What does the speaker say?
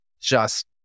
just-